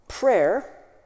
Prayer